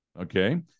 Okay